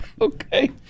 Okay